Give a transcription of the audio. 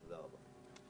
תודה רבה.